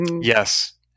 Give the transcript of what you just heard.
yes